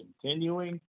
continuing